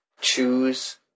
choose